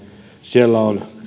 siellä on